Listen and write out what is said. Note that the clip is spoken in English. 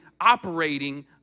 operating